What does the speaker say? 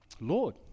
Lord